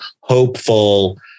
hopeful